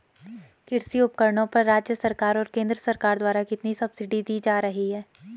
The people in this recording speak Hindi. कृषि उपकरणों पर राज्य सरकार और केंद्र सरकार द्वारा कितनी कितनी सब्सिडी दी जा रही है?